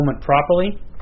properly